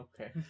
Okay